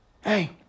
Hey